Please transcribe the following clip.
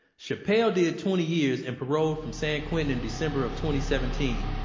chapple did twenty years and parole from san quentin in december of twenty seventeen.